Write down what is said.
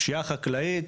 פשיעה חקלאית,